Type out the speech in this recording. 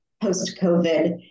post-COVID